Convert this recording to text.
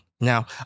Now